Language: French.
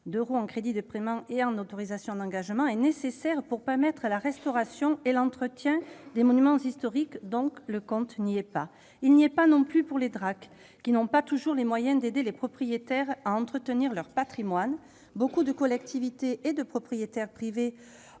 d'euros en crédits de paiement et en autorisations d'engagement est nécessaire pour permettre la restauration et l'entretien des monuments historiques. Le compte n'y est pas ! Le compte n'y est pas non plus pour les directions régionales des affaires culturelles (DRAC), qui n'ont pas toujours les moyens d'aider les propriétaires à entretenir leur patrimoine. Beaucoup de collectivités et de propriétaires privés ont